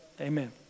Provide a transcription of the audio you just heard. Amen